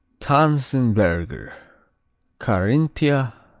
tanzenberger carinthia,